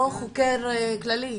לא חוקר כללי.